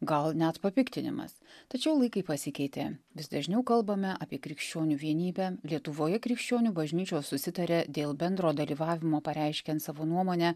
gal net papiktinimas tačiau laikai pasikeitė vis dažniau kalbame apie krikščionių vienybę lietuvoje krikščionių bažnyčios susitaria dėl bendro dalyvavimo pareiškiant savo nuomonę